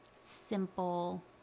simple